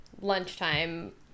lunchtime